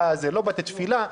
לא בתי תפילה,